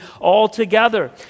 altogether